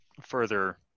further